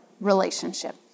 relationship